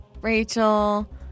Rachel